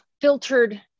filtered